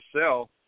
sell